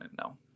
no